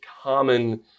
common